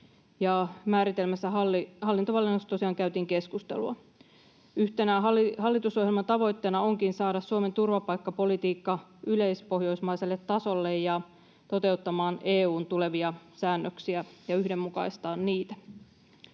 määritelmästä hallintovaliokunnassa tosiaan käytiin keskustelua. Yhtenä hallitusohjelman tavoitteena onkin saada Suomen turvapaikkapolitiikka yleispohjoismaiselle tasolle ja toteuttamaan EU:n tulevia säännöksiä ja yhdenmukaistaa niitä.